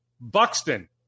Buxton